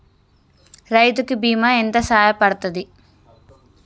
రైతు కి బీమా ఎంత సాయపడ్తది?